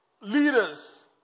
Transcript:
leaders